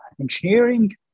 engineering